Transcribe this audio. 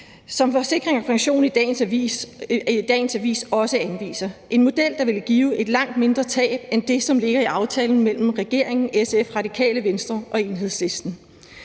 som Forsikring & Pension i dagens avis også anviser – en model, der ville give et langt mindre tab end det, som ligger i aftalen mellem regeringen, SF, Radikale Venstre og Enhedslisten.